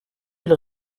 ils